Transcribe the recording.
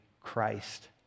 Christ